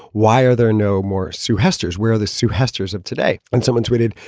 why are there no more sue hester's where this sue hester's of today? and someone tweeted,